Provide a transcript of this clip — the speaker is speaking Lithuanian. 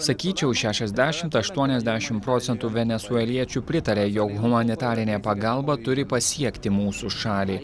sakyčiau šešiasdešimt aštuoniasdešimt procentų venesueliečių pritaria jog humanitarinė pagalba turi pasiekti mūsų šalį